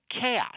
chaos